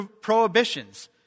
prohibitions